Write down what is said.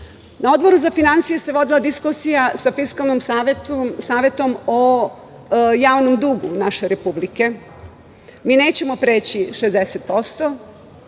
Na Odboru za finansije se vodila diskusija sa Fiskalnim savetom o javnom dugu naše Republike. Mi nećemo preći 60%.